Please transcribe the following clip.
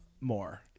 more